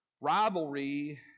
Rivalry